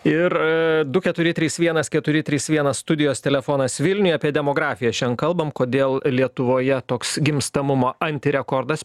ir du keturi trys vienas keturis trys vienas studijos telefonas vilniuj apie demografiją šiandien kalbam kodėl lietuvoje toks gimstamumo antirekordas